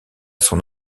son